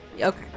Okay